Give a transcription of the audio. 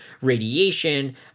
radiation